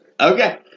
Okay